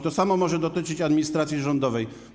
To samo może dotyczyć administracji rządowej.